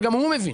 אבל גם הוא מבין.